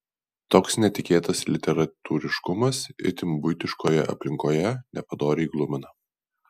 toks netikėtas literatūriškumas itin buitiškoje aplinkoje nepadoriai glumina